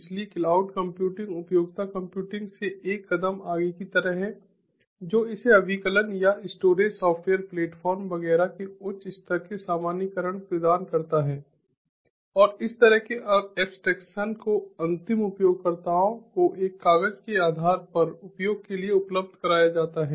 इसलिए cloud computing उपयोगिता कंप्यूटिंग से एक कदम आगे की तरह है जो इसे अभिकलन या स्टोरेज सॉफ्टवेयर प्लेटफ़ॉर्म वगैरह के उच्च स्तर के सामान्यीकरण प्रदान करता है और इस तरह के अब्सट्रैक्शन को अंतिम उपयोगकर्ताओं को एक कागज़ के आधार पर उपयोग के लिए उपलब्ध कराया जाता है